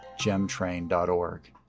GemTrain.org